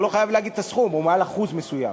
הוא לא חייב להגיד את הסכום, או מעל אחוז מסוים.